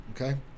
Okay